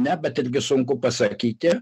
ne bet irgi sunku pasakyti